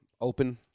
open